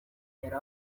yari